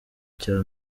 cya